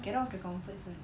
get out of your comfort zone